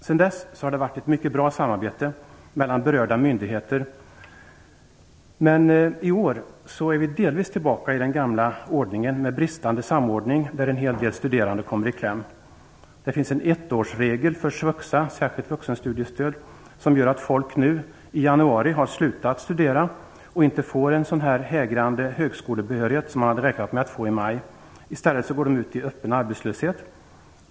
Sedan dess har det varit ett mycket bra samarbete mellan berörda myndigheter, men i år är vi delvis tillbaka i den gamla ordningen med bristande samordning, där en hel del studerande kommer i kläm. Det finns en ettårsregel för SVUXA som gör att folk nu i januari har slutat studera och inte får den hägrande högskolebehörighet som man hade räknat med att få i maj. I stället går de ut i öppen arbetslöshet.